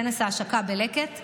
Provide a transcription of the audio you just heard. כנס ההשקה בלקט,